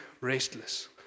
restless